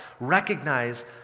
recognize